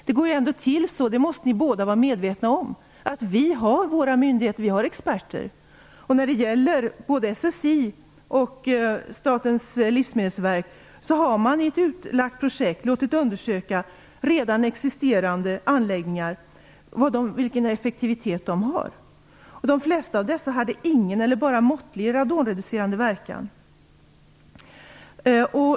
Det går ändå till så, det måste ni båda vara medvetna om, att vi har våra myndigheter och våra experter, och både SSI och Statens livsmedelsverk har i ett projekt låtit undersöka vilken effektivitet redan existerande anläggningar har. De flesta av dessa hade ingen eller bara måttlig radonreducerande verkan.